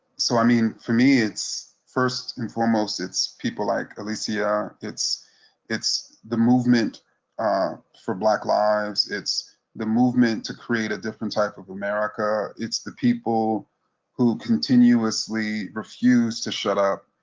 so, i mean for me it's, first and foremost, it's people like alicia, it's it's the movement for black lives, it's the movement to create a different type of america, it's the people who continuously refuse to shut up,